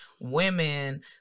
Women